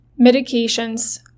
medications